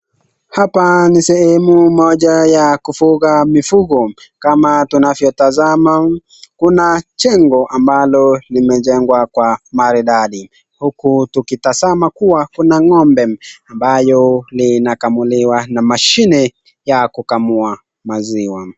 Hapa ni sehemu moja ya kufuga mifugo kama tunavyotazama. Kuna jengo ambalo limejengwa kwa mawe maridadi huku tukitazama kuwa kuna ng'ombe ambayo linakamuliwa na mashine ya kukamua maziwa.